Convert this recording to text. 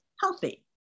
healthy